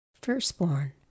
Firstborn